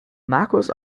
marcus